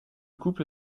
couple